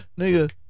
Nigga